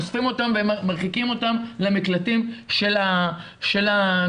אוספים אותם ומרחיקים אותם למקלטים של הנשים